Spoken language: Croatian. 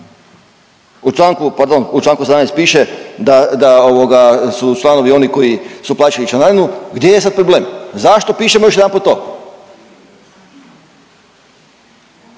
u članku 17. piše da su članovi oni koji su plaćali članarinu gdje je sad problem. Zašto pišemo još jedanput to?